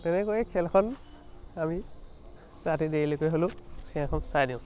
তেনেকৈ খেলখন আমি ৰাতি দেৰিলৈকে হ'লেও খেলখন চাই দিওঁ